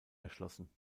erschlossen